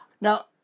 Now